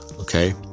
Okay